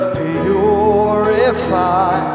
purify